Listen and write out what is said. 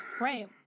Right